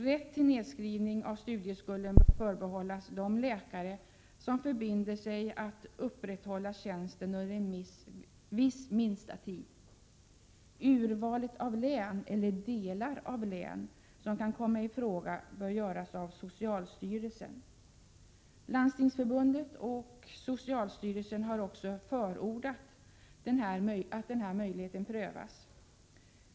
Rätt till nedskrivning av studieskulden bör förbehållas de läkare som förbinder sig att upprätthålla tjänsten under en viss minsta tid. Urvalet av län eller delar av län som kan komma i fråga bör göras av socialstyrelsen. Landstingsförbundet och socialstyrelsen har också förordat att denna möjlighet prövas.